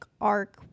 arc